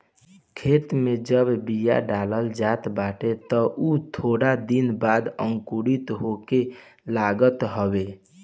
खेते में जब बिया डालल जात बाटे तअ उ थोड़ दिन बाद अंकुरित होखे लागत हवे